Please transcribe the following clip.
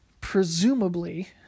presumably